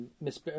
Miss